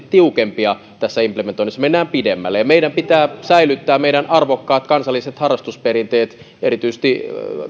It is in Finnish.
tiukempia tässä implementoinnissa mennään pidemmälle meidän pitää säilyttää meidän arvokkaat kansalliset harrastusperinteet erityisesti